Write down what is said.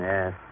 Yes